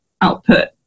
output